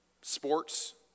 Sports